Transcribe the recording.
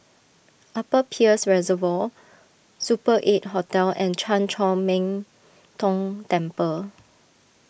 Upper Peirce Reservoir Super eight Hotel and Chan Chor Min Tong Temple